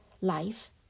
life